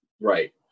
Right